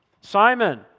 Simon